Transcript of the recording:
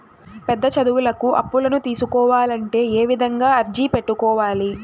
పెద్ద చదువులకు అప్పులను తీసుకోవాలంటే ఏ విధంగా అర్జీ పెట్టుకోవాలి?